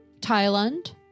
Thailand